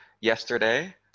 Yesterday